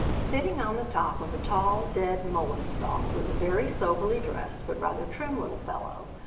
sitting on the top of a tall, dead, mullein stalk was a very soberly dressed but rather trim little fellow,